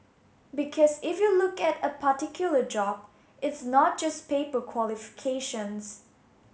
because if you look at a particular job it's not just paper qualifications